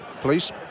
please